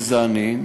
שזה אני,